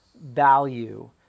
value